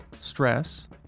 stress